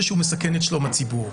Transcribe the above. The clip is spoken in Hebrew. זה שהוא מסכן את שלום הציבור,